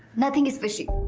nothing is fishy.